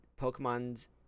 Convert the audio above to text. Pokemon's